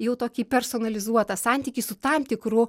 jau tokį personalizuotą santykį su tam tikru